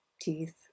teeth